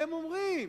והם אומרים: